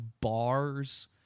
bars